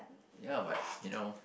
ya but you know